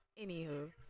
anywho